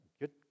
good